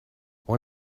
one